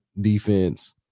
defense